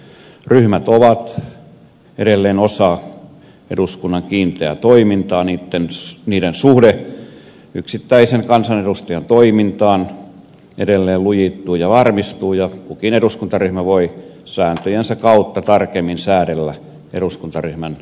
ryhmät ovat edelleen osa eduskunnan kiinteää toimintaa niiden suhde yksittäisen kansanedustajan toimintaan edelleen lujittuu ja varmistuu ja kukin eduskuntaryhmä voi sääntöjensä kautta tarkemmin säädellä eduskuntaryhmän toimintaa